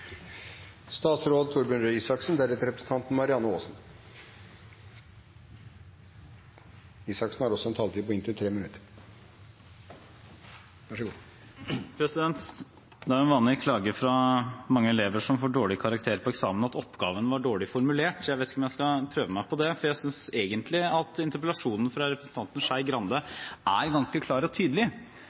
Det er en vanlig klage fra mange elever som får dårlige karakter på eksamen, at oppgaven var dårlig formulert. Jeg vet ikke om jeg skal prøve meg på det, for jeg synes egentlig at interpellasjonen fra representanten Skei Grande er ganske klar og tydelig